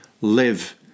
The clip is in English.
live